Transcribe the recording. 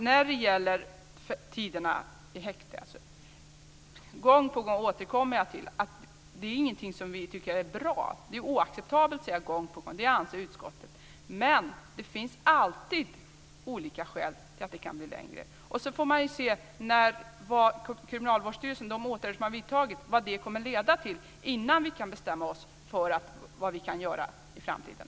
När det gäller tiderna i häktet återkommer jag gång på gång till att det inte är någonting som vi tycker är bra. Det är oacceptabelt säger jag gång på gång. Det anser utskottet. Men det finns alltid olika skäl till att det kan bli längre tid. Sedan får vi också se vad de åtgärder som Kriminalvårdsstyrelsen har vidtagit kommer att leda till innan vi kan bestämma oss för vad vi kan göra i framtiden.